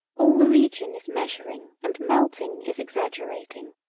all the region is measuring and melting is exaggerating.